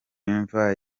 imva